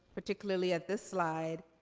particularly at this slide,